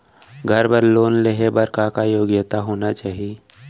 घर बर लोन लेहे बर का का योग्यता होना चाही?